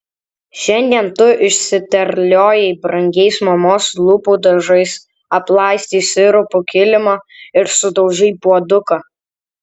šiandien tu išsiterliojai brangiais mamos lūpų dažais aplaistei sirupu kilimą ir sudaužei puoduką